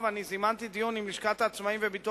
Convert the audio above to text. אני זימנתי דיון מחדש